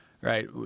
right